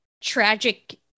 tragic